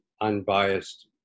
unbiased